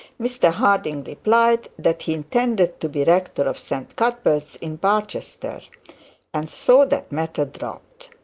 mr harding replied that he intended to be rector of st. cuthbert's in barchester and so that matter dropped.